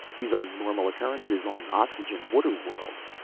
these are normal occurrences on oxygen-water worlds.